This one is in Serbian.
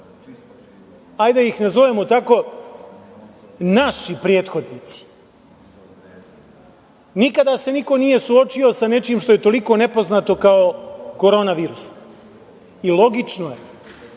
ih tako nazovemo, naši prethodnici. Nikada se niko nije suočio sa nečim što je toliko nepoznato kao Koronavirus. Logično je